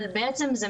אבל בעצם אנחנו